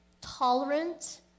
tolerant